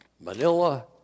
Manila